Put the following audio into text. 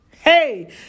Hey